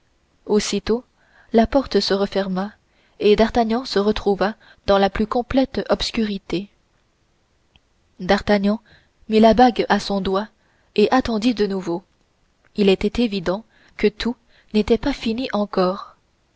aussitôt la porte se referma et d'artagnan se retrouva dans la plus complète obscurité d'artagnan mit la bague à son doigt et attendit de nouveau il était évident que tout n'était pas fini encore